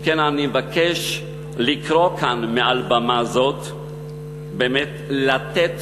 אם כן, אני מבקש לקרוא כאן מעל במה זאת באמת לתת